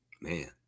Man